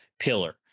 pillar